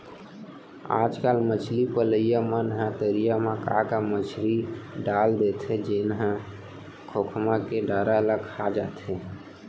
आजकल मछरी पलइया मन ह तरिया म का का मछरी ल डाल देथे जेन ह खोखमा के डारा ल खा जाथे